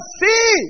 see